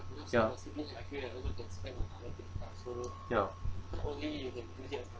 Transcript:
ya ya